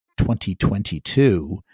2022